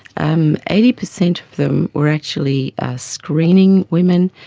um eighty percent of them were actually screening women,